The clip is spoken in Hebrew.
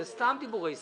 אלה סתם דיבורי סרק.